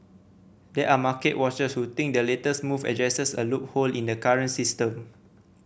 there are market watchers who think the latest move addresses a loophole in the current system